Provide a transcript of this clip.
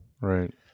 Right